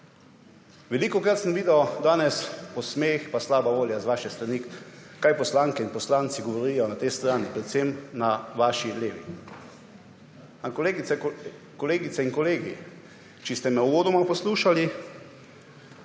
Velikokrat sem videl danes posmeh, pa slabo voljo z vaše strani, kaj poslanke in poslanci govorijo na tej strani, predvsem na vaši levi. Kolegice in kolegi, če ste me uvodoma poslušali,